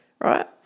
right